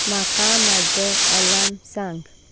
म्हाका म्हजें अलाम सांग